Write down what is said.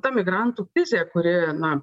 ta migrantų krizė kuri na